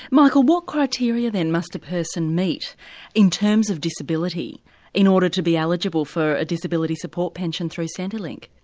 michael, what criteria then must a person meet in terms of disability in order to be eligible for a disability support pension through centrelink?